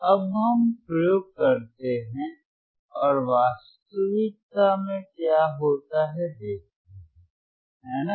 अब हम प्रयोग करते हैं और वास्तविकता में क्या होता है देखते हैं है ना